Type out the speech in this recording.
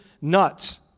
nuts